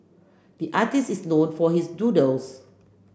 the artist is known for his doodles